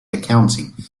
accounting